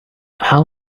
how